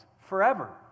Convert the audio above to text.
forever